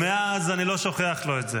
ומאז אני לא שוכח לו את זה.